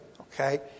okay